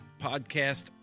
podcast